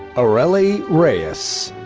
areli reyes.